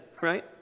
right